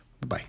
Bye-bye